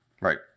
Right